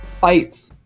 fights